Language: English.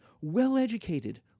well-educated